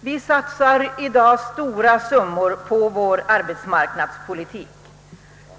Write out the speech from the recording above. Vi satsar i dag stora summor på vår arbetsmarknadspolitik.